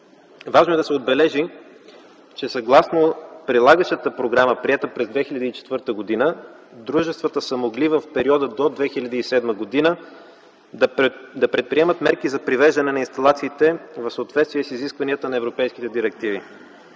Важно е да се отбележи, че съгласно прилагащата програма, приета през 2004 г., дружествата са могли в периода до 2007 г. да предприемат мерки за привеждане на инсталациите в съответствие с изискванията на европейските директиви.